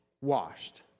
washed